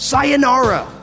Sayonara